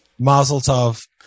Mazeltov